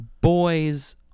boys